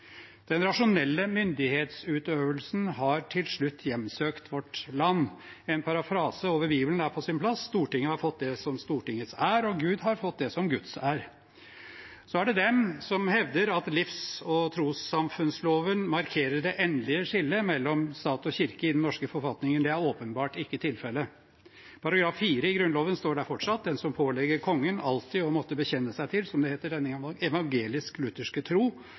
Den rasjonelle myndighetsutøvelsen har til slutt hjemsøkt vårt land. En parafrase over Bibelen er på sin plass: Stortinget har fått det som Stortingets er, og Gud har fått det som Guds er. Så er det de som hevder at loven om tros- og livssamfunn markerer det endelige skillet mellom stat og kirke i den norske forfatningen. Det er åpenbart ikke tilfellet. Paragraf 4 i Grunnloven står der fortsatt, den som pålegger Kongen alltid å måtte bekjenne seg til, som det heter,